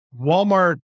Walmart